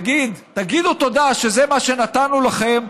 להגיד: תגידו תודה שזה מה שנתנו לכם,